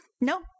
no